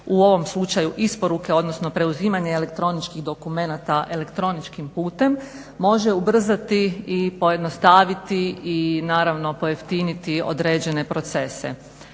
u ovom slučaju isporuke odnosno preuzimanja elektroničkih dokumenata elektroničkim putem može ubrzati i pojednostaviti i naravno pojeftiniti određene procese.